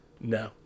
No